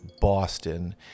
Boston